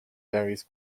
varies